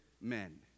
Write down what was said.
men